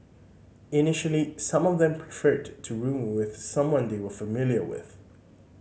initially some of them preferred to room with someone they were familiar with